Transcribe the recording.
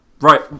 right